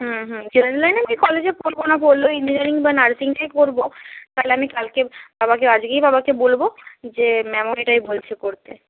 হুম hmm general লাইনে আমি কলেজে পড়বো না পড়লেও ইঞ্জিনিয়ারিং বা নার্সিং নিয়েই করবো তাহলে আমি কালকে বাবাকে আজকেই বাবাকে বলবো যে ম্যামও এটাই বলছে করতে